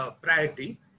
priority